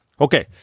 Okay